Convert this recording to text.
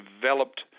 developed